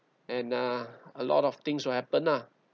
and uh a lot of things will happen lah